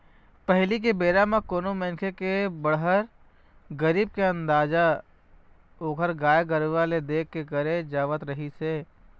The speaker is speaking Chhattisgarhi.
पहिली के बेरा म कोनो मनखे के बड़हर, गरीब के अंदाजा ओखर गाय गरूवा ल देख के करे जावत रिहिस हे